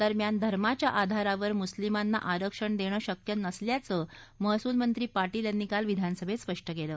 दरम्यान धर्माच्या आधारावर मुस्लिमांना आरक्षण देणं शक्य नसल्याचं महसूल मंत्री पाटील यांनी काल विधानसभेत स्पष्ट केलं